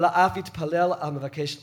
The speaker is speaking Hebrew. אלא אף יתפלל על המבקש לטובה.